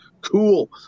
cool